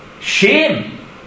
shame